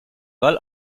wall